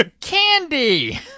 candy